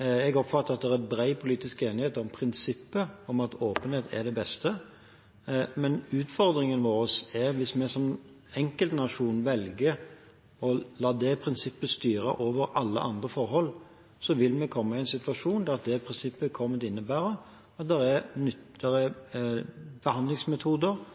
jeg oppfatter at det er bred politisk enighet om prinsippet om at åpenhet er det beste. Utfordringen vår er at hvis vi som enkeltnasjon velger å la det prinsippet styre over alle andre forhold, vil vi komme i en situasjon der det prinsippet kommer til å innebære at det er behandlingsmetoder som vil være til nytte for våre pasienter der